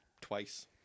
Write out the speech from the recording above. twice